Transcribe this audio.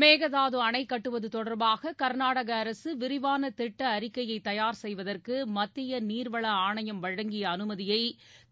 மேகதாது அணை கட்டுவது தொடர்பாக கர்நாடக அரசு விரிவான திட்ட அறிக்கையை தயார் செய்வதற்கு மத்திய நீர்வள ஆணையம் வழங்கிய அனுமதியை